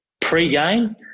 Pre-game